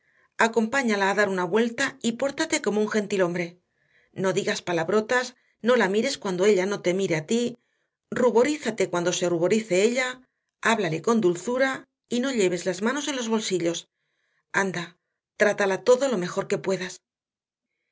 acompáñala a dar una vuelta y pórtate como un gentilhombre no digas palabrotas no la mires cuando ella no te mire a ti ruborízate cuando se ruborice ella háblale con dulzura y no lleves las manos en los bolsillos anda trátala todo lo mejor que puedas